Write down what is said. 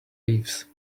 leaves